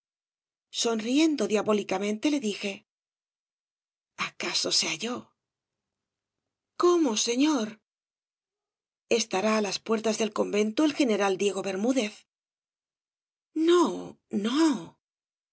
sonriendo diabólicamente le dije j acaso sea yo cómo señor estará á las puertas del convento el general diego bermúdez no no